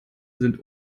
sind